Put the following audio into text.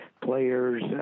players